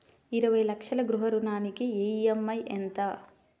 ఇరవై లక్షల గృహ రుణానికి ఈ.ఎం.ఐ ఎంత?